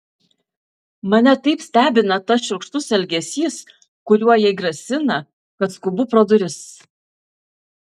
mane taip stebina tas šiurkštus elgesys kuriuo jai grasina kad skubu pro duris